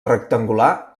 rectangular